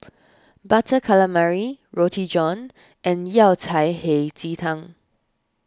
Butter Calamari Roti John and Yao Cai Hei Ji Tang